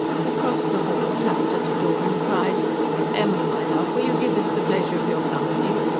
he crossed the hall, tapped at a door and cried emma, my love, will you give us the pleasure of your company?